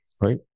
right